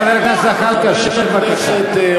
חבר הכנסת זחאלקה, שב בבקשה.